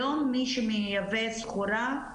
היום מי שמייבא סחורה,